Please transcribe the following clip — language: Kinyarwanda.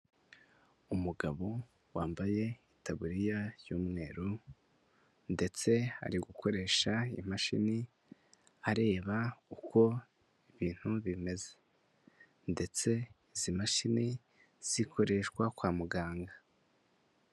Umugabo wambaye itaburiya y'umweru, ndetse ari gukoresha imashini areba uko ibintu bimeze, ndetse izi mashini zikoreshwa kwa muganga.